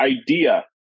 idea